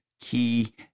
key